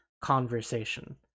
conversation